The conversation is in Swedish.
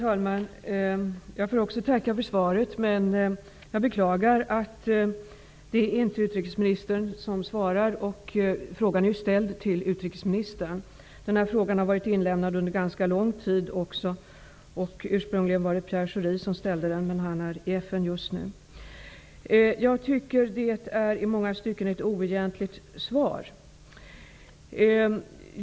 Herr talman! Också jag tackar för svaret. Men jag beklagar att det inte är utrikesministern som svarar. Frågan är ju ställd till utrikesministern, och frågan inlämnades för ganska lång tid sedan. Ursprungligen var det Pierre Schori som ställde frågan, men han är i FN just nu. Jag tycker att det är ett i många stycken oegentligt svar.